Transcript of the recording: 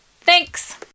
Thanks